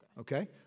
Okay